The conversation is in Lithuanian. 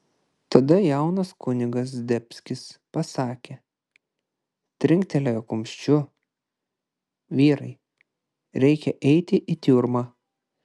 tada jaunas kunigas zdebskis pasakė trinktelėjo kumščiu vyrai reikia eiti į tiurmą